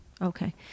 Okay